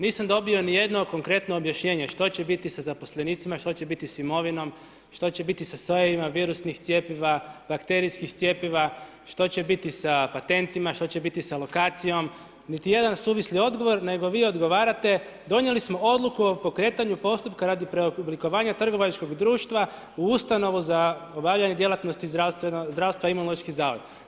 Nisam dobio ni jedno konkretno objašnjenje, što će biti sa zaposlenicima, što će biti s imenovanom, što će biti sa sojevima, virusnih cjepiva, bakterijskih cjepiva, što će biti sa patentima, što će biti sa lokacijom, niti jedan suvisli odgovor, nego vi odgovarate, donijeli smo odluku o pokretanju postupka radi preoblikovanja trgovačkog društva u ustanovu za obavljanje djelatnosti zdravstva imunološki zavod.